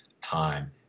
time